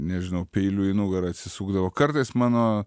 nežinau peiliu į nugarą atsisukdavo kartais mano